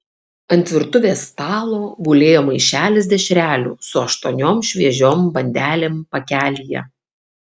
ant virtuvės stalo gulėjo maišelis dešrelių su aštuoniom šviežiom bandelėm pakelyje